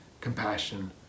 compassion